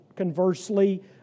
Conversely